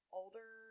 older